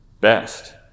best